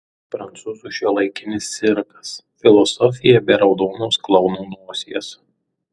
prancūzų šiuolaikinis cirkas filosofija be raudonos klouno nosies